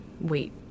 wait